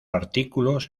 artículos